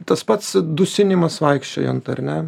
tas pats dusinimas vaikščiojant ar ne